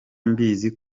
mbizi